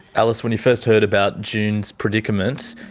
alice, when you first heard about june's predicament,